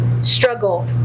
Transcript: Struggle